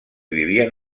vivien